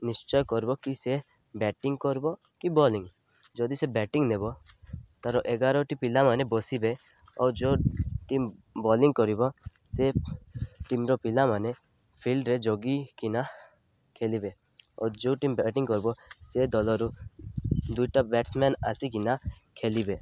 ନିଶ୍ଚୟ କରିବ କି ସେ ବ୍ୟାଟିଂ କରବ କି ବୋଲିଂ ଯଦି ସେ ବ୍ୟାଟିଂ ନେବ ତାର ଏଗାରଟି ପିଲାମାନେ ବସିବେ ଓ ଯୋଉ ଟିମ୍ ବୋଲିଂ କରିବ ସେ ଟିମ୍ର ପିଲାମାନେ ଫିଲ୍ଡରେ ଜଗିକିନା ଖେଲିବେ ଓ ଯେଉଁ ଟିମ୍ ବ୍ୟାଟିଂ କରିବ ସେ ଦଲରୁ ଦୁଇଟା ବ୍ୟାଟ୍ସମ୍ୟାନ୍ ଆସିକିନା ଖେଲିବେ